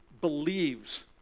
believes